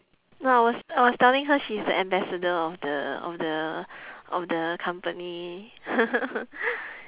no I was I was telling her she's the ambassador of the of the of the company